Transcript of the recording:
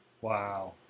Wow